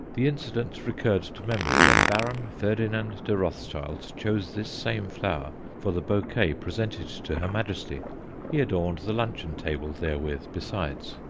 the incident recurred to memory when baron ferdinand de rothschild chose this same flower for the bouquet presented to her majesty he adorned the luncheon table therewith besides.